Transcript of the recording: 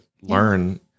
learn